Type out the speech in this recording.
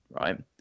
right